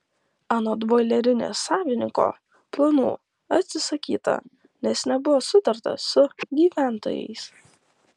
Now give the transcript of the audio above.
anot boilerinės savininko planų atsisakyta nes nebuvo sutarta su gyventojais